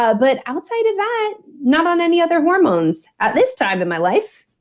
ah but outside of that, not on any other hormones. at this time in my life,